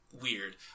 weird